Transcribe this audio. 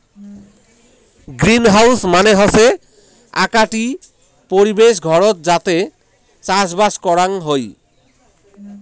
greenhouse মানে হসে আকটি পরিবেশ ঘরত যাতে চাষবাস করাং হই